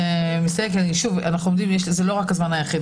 זה לא רק הזמן היחיד.